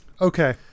Okay